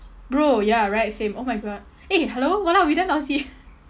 bro ya right same oh my god eh hello !walao! we damn lousy